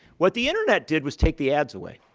what the internet did was take the ads away.